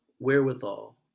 wherewithal